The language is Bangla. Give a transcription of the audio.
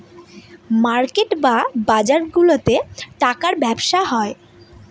মার্কেট বা বাজারগুলাতে টাকার ব্যবসা হয়